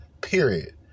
period